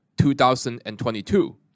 2022